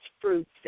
fruits